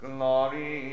Glory